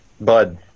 Bud